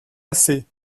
lassé